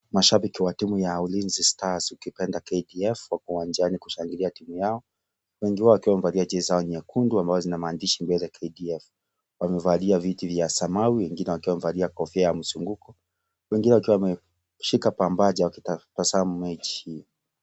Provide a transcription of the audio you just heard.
Mashaki wa timu ya Ulinzi stars ukipenda KDF wako uwanjani kushangilia timu yao, wengi wao wakiwa wamevalia jezi zao nyekundu ambayo zinamaandishi mbele KDF wamekalia viti vya samawi wengine wakiwa wamevalia kofia ya mzunguko wengine wakiwa wameshika pambaja wakitabasamu mechi hii.